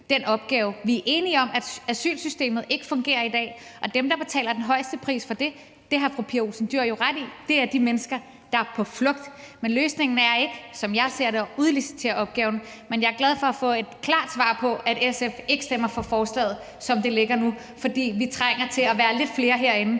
den opgave. Vi er enige om, at asylsystemet ikke fungerer i dag, og dem, der betaler den højeste pris for det, er de mennesker – det har fru Pia Olsen Dyhr jo ret i – der er på flugt. Men løsningen er ikke, som jeg ser det, at udlicitere opgaven. Men jeg er glad for at få et klart svar på, at SF ikke stemmer for forslaget, som det ligger nu, for vi trænger til at være lidt flere herinde,